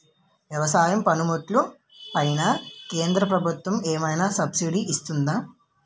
వ్యవసాయ పనిముట్లు పైన కేంద్రప్రభుత్వం ఏమైనా సబ్సిడీ ఇస్తుందా?